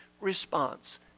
response